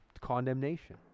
condemnation